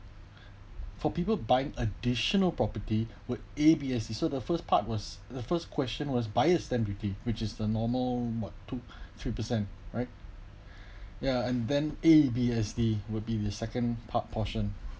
for people buying additional property with A_B_S_C so the first part was the first question was buyer's stamp duty which is the normal what two three per cent right ya and then A_B_S_C will be the second part portion